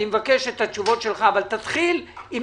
אני מבקש את התשובות שלך אבל תתחיל עם